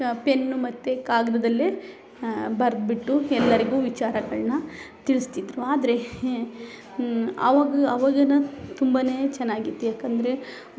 pen ಮತ್ತು ಕಾಗದದಲ್ಲೇ ಬರೆದ್ಬಿಟ್ಟು ಎಲ್ಲರಿಗು ವಿಚಾರಗಳನ್ನ ತಿಳಿಸ್ತಿದ್ರು ಆದರೆ ಆವಾಗ್ ಅವಾಗಿನ ತುಂಬಾ ಚೆನ್ನಾಗಿತ್ತು ಯಾಕಂದರೆ